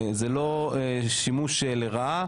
זה לא שימוש לרעה,